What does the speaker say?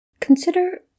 Consider